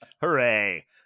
hooray